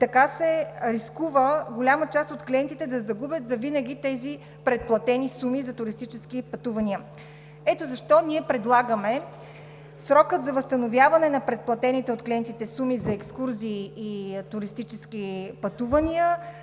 Така се рискува голяма част от клиентите да загубят завинаги тези предплатени суми за туристически пътувания. Ето защо ние предлагаме срокът за възстановяване на предплатените от клиентите суми за екскурзии и туристически пътувания